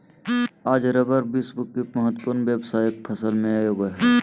आज रबर विश्व के महत्वपूर्ण व्यावसायिक फसल में एगो हइ